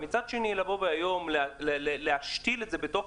ממש בקצרה כי אני רוצה לסכם את הדיון.